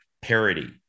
parity